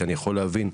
כי אני יכול להבין,